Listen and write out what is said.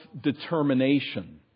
determination